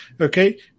okay